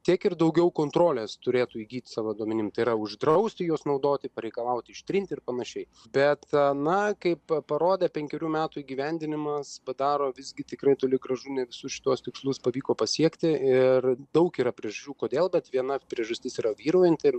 tiek ir daugiau kontrolės turėtų įgyt savo duomenim tai yra uždrausti juos naudoti pareikalauti ištrinti ir panašiai bet na kaip parodė penkerių metų įgyvendinimas padaro visgi tikrai toli gražu ne visus šituos tikslus pavyko pasiekti ir daug yra priežasčių kodėl bet viena priežastis yra vyraujanti ir